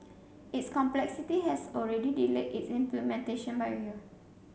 its complexity has already delayed its implementation by a year